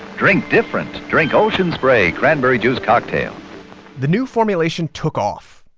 drink different. drink ocean spray cranberry juice cocktail the new formulation took off,